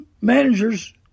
managers